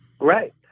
Right